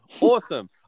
Awesome